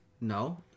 No